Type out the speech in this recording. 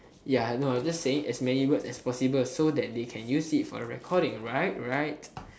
ya no I'm just saying as many words as possible so that they can use it for the recordings right right